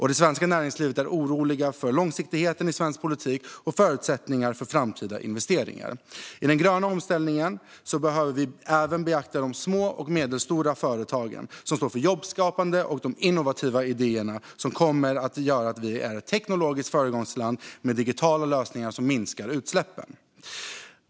I det svenska näringslivet är man orolig för långsiktigheten i svensk politik och förutsättningarna för framtida investeringar. I den gröna omställningen behöver vi även beakta de små och medelstora företagen som står för jobbskapande och de innovativa idéer som kommer att göra oss till ett teknologiskt föregångsland med digitala lösningar som minskar utsläppen.